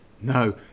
no